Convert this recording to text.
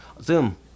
Zoom